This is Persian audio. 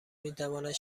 میتواند